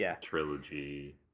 trilogy